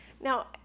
Now